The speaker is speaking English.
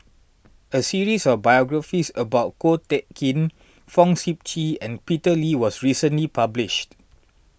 a series of biographies about Ko Teck Kin Fong Sip Chee and Peter Lee was recently published